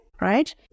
Right